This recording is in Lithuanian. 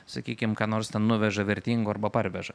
sakykim ką nors ten nuveža vertingo arba parveža